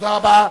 תודה רבה.